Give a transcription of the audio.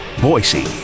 Boise